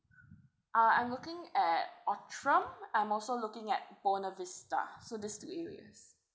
uh I'm looking at atrium I'm also looking at buono vista so these two areas